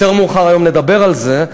יותר מאוחר היום נדבר על זה,